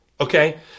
Okay